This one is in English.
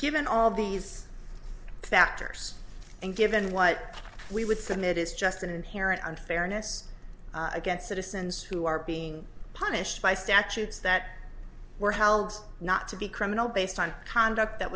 given all these factors and given what we would submit is just an inherent unfairness against citizens who are being punished by statutes that were held not to be criminal based on conduct that